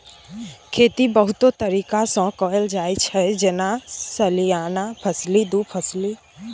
खेती बहुतो तरीका सँ कएल जाइत छै जेना सलियाना फसली, दु फसली